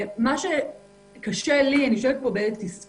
מה שקשה לי אני יושבת פה בתסכול,